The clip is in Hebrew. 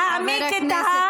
להעמיק את הקרע,